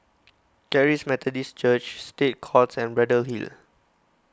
Charis Methodist Church State Courts and Braddell Hill